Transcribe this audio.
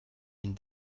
une